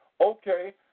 Okay